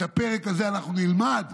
את הפרק הזה אנחנו נלמד,